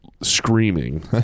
screaming